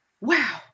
wow